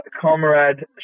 comrade